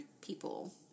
people